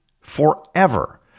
forever